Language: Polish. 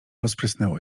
rozprysnęło